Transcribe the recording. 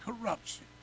corruption